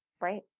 right